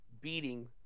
beating